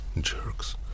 Jerks